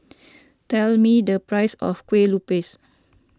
tell me the price of Kueh Lupis